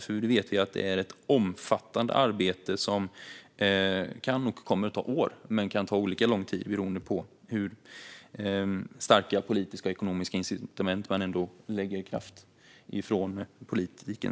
Vi vet att det är ett omfattande arbete som kan och kommer att ta år, men det kan ta olika lång tid beroende på hur starka politiska och ekonomiska incitament man lägger kraft på från politiken.